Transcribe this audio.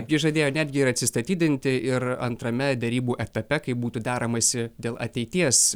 ji žadėjo netgi ir atsistatydinti ir antrame derybų etape kai būtų deramasi dėl ateities